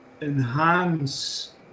enhance